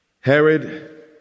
herod